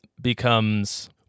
becomes